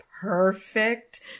perfect